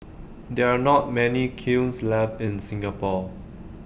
there are not many kilns left in Singapore